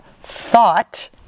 thought